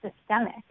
systemic